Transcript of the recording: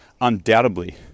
undoubtedly